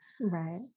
Right